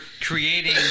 creating